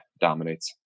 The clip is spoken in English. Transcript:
dominates